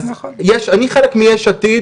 אני חלק מ"יש עתיד"